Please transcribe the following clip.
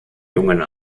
jungen